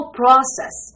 process